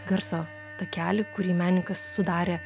garso takelį kurį menininkas sudarė